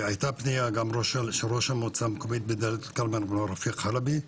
הייתה פנייה גם של ראש המועצה המקומית בדאלית אל כרמל רפיק חלבי.